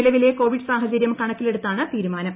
നിലവിലെ കോവിഡ് സാഹചരൃം കണക്കിലെടുത്താണ് തീരുമാനം